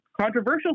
controversial